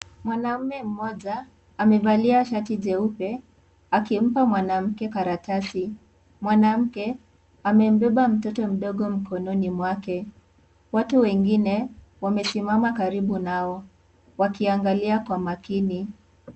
Mwanaume mmoja amevalia shati jeupe akimpa mwanamke karatasi mwanamke amembeba mtoto mdogo mkononi mwake watu wengine wamesimama karibu nao wakiangalia kwa makini.